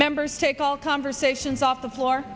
members to call conversations off the floor